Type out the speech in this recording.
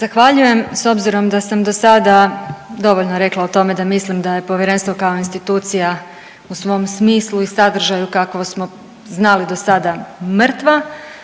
Zahvaljujem. S obzirom da sam dosada dovoljno rekla o tome da mislim da je povjerenstvo kao institucija u svom smislu i sadržaju kakvo smo znali dosada mrtva.